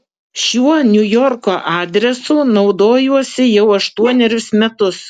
šiuo niujorko adresu naudojuosi jau aštuonerius metus